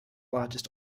largest